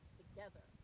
together